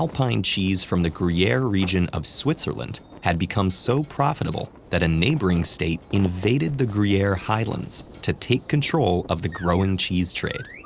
alpine cheese from the gruyere region of switzerland had become so profitable that a neighboring state invaded the gruyere highlands to take control of the growing cheese trade.